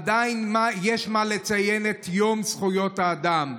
עדיין יש מה לציין את יום זכויות האדם.